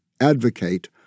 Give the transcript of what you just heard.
advocate